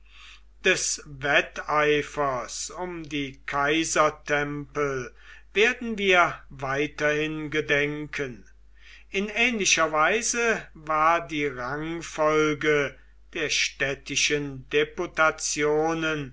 des wetteifers um die kaisertempel werden wir weiterhin gedenken in ähnlicher weise war die rangfolge der städtischen deputationen